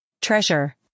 treasure